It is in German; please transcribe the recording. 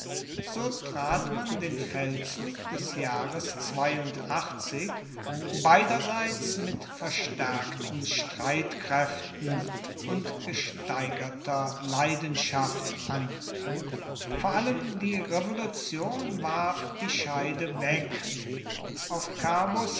so trat man den feldzug des jahres beiderseits mit verstärkten streitkräften und gesteigerter leidenschaft an vor allem die revolution warf die scheide weg auf carbos